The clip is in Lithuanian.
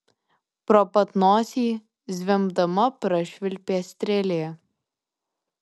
pro pat nosį zvimbdama prašvilpė strėlė